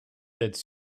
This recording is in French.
d’être